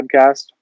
podcast